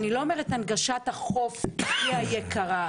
אני לא אומרת שהנגשת החוף היא היקרה.